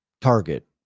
Target